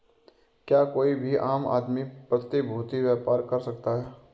क्या कोई भी आम आदमी प्रतिभूती व्यापार कर सकता है?